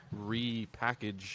repackage